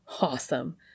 Awesome